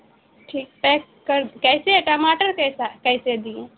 ٹھیک پیک کر کیسے ہے ٹماٹر کیسا کیسے دیے ہیں